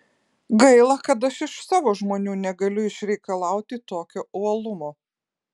gaila kad aš iš savo žmonių negaliu išreikalauti tokio uolumo